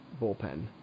bullpen